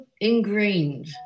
ingrained